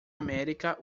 américa